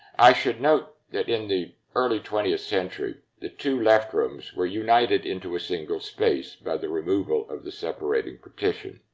i should note that in the early twentieth century, the two left rooms were united into a single space by the removal of the separating partition.